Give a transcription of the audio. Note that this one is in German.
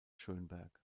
schönberg